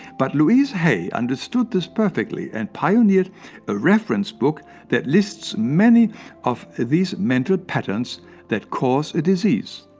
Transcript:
but louise hay understood this perfectly and pioneered a reference book that lists many of these mental patterns that cause a disease.